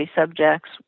subjects